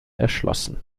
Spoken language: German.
erschlossen